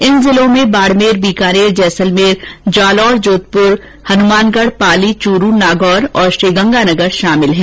इन जिलों में बाड़मेर बीकानेर जैसलमेर जालोर जोधपुर हनुमानगढ़ पाली चूरू नागौर और श्रीगंगानगर शामिल हैं